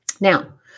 Now